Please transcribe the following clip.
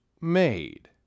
made